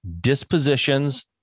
dispositions